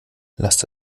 lasst